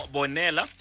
Bonella